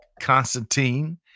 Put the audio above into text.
Constantine